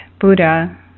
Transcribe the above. Buddha